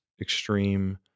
extreme